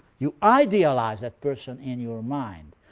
you idealize that person in your mind,